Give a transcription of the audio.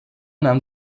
nahm